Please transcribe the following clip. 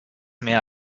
mehr